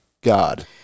God